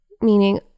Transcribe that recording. Meaning